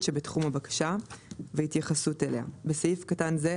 שבתחום הבקשה והתייחסות אליה (בסעיף קטן זה,